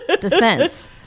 defense